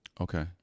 Okay